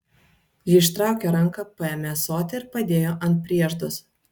ji ištraukė ranką paėmė ąsotį ir padėjo ant prieždos